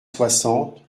soixante